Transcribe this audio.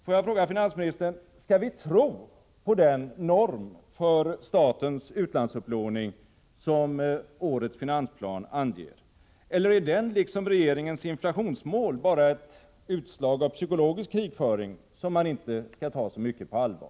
Får jag fråga finansministern: Skall vi tro på den norm för statens utlandsupplåning som årets finansplan anger, eller är den liksom regeringens inflationsmål bara ett utslag av psykologisk krigföring, som man inte skall ta så mycket på allvar?